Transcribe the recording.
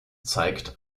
zeigt